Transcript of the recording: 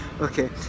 Okay